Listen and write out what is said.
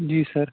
جی سَر